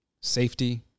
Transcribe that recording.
safety